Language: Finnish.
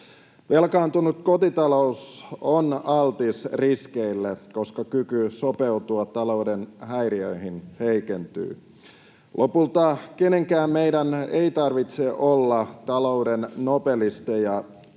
Velkaantunut kotitalous on altis riskeille, koska kyky sopeutua talouden häiriöihin heikentyy. Lopulta kenenkään meidän ei tarvitse olla talouden nobelisteja